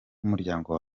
umuryango